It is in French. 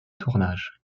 tournage